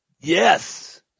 Yes